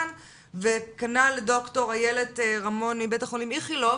כנ"ל ד"ר איילת רמון מבית החולים איכילוב.